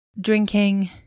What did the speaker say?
drinking